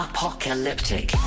Apocalyptic